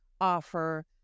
offer